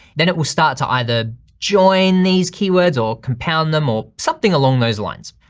then it will start to either join these keywords or compound them or something along those lines.